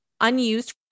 unused